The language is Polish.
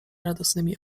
radosnymi